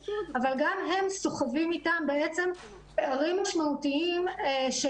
אבל גם הם סוחבים איתם פערים משמעותיים של